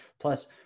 Plus